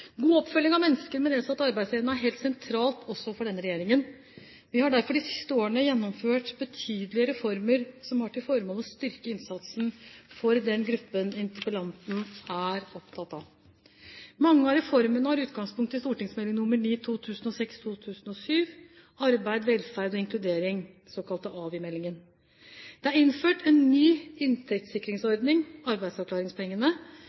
nedsatt arbeidsevne er helt sentralt for denne regjeringen. Vi har derfor de siste årene gjennomført betydelige reformer som har til formål å styrke innsatsen for den gruppen interpellanten er opptatt av. Mange av reformene har utgangspunkt i St.meld. nr. 9 for 2006–2007 Arbeid, velferd og inkludering, den såkalte AVI-meldingen. Det er innført en ny